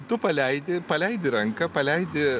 tu paleidi paleidi ranką paleidi